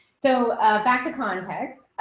so back to context.